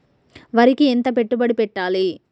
వరికి ఎంత పెట్టుబడి పెట్టాలి?